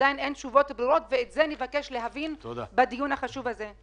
עדיין אין תשובות ברורות ואת זה נבקש להבין בדיון החשוב הזה.